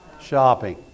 Shopping